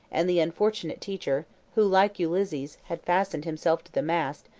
and the unfortunate teacher, who like ulysses had fastened himself to the mast,